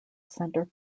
center